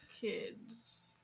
Kids